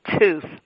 tooth